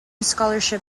scholarship